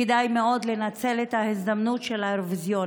כדאי מאוד לנצל את ההזדמנות של האירוויזיון.